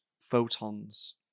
photons